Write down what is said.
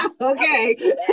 Okay